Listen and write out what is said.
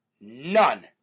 none